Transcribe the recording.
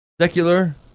Secular